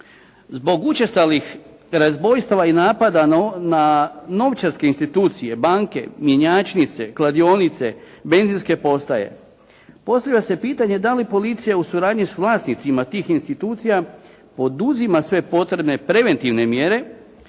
Zbog učestalih razbojstava i napada na novčarske institucije, banke, mjenjačnice, kladionice, benzinske postaje postavlja se pitanje da li policija u suradnji s vlasnicima tih institucija poduzima sve potrebne preventivne mjere